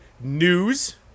news